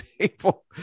table